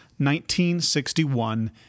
1961